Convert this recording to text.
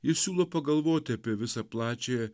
jis siūlo pagalvoti apie visą plačiąją